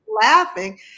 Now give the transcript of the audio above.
laughing